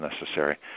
necessary